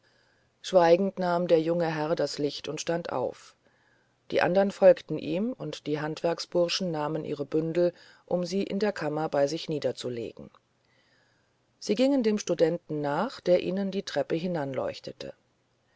schweigend nahm der junge herr das licht und stand auf die andern folgten ihm und die handwerksbursche nahmen ihre bündel um sie in der kammer bei sich niederzulegen sie gingen dem studenten nach der ihnen die treppe hinan